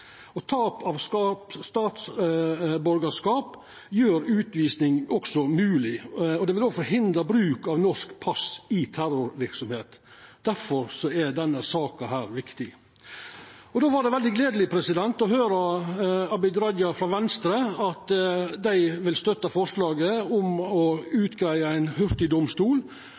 viser. Tap av statsborgarskap gjer utvising også mogleg. Det vil forhindra bruk av norsk pass i terrorverksemd. Difor er denne saka viktig. Då var det veldig gledeleg å høyra frå Abid Q. Raja frå Venstre at dei vil støtta forslaget om å utgreia ein